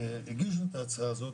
הגישו את ההצעה הזאת,